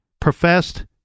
professed